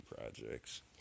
projects